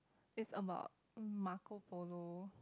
it's about Marco Polo